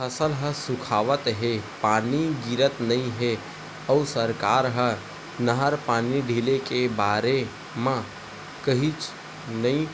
फसल ह सुखावत हे, पानी गिरत नइ हे अउ सरकार ह नहर पानी ढिले के बारे म कहीच नइ